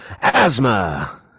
asthma